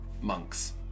monks